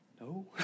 No